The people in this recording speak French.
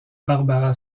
barbara